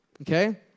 Okay